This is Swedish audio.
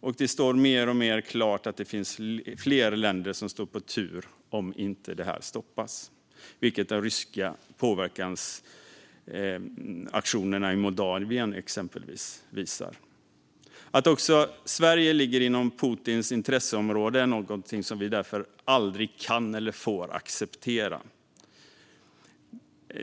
och det står mer och mer klart att det finns fler länder står på tur om detta inte stoppas, vilket de ryska påverkansaktionerna i Moldavien visar. Att också Sverige ligger inom Putins intresseområde är något som vi aldrig kan eller får acceptera.